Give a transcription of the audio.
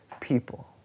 people